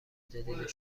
جدید